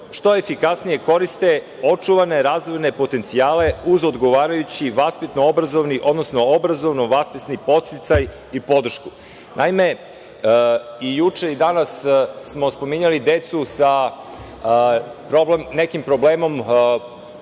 što efikasnije koriste očuvane razvojne potencijale uz odgovarajući vaspitno-obrazovni, odnosno obrazovno-vaspitni podsticaj i podršku. Naime, i juče i danas smo spominjali decu sa nekim problemom,